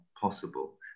possible